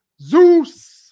Zeus